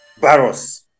Barros